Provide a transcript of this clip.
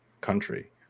country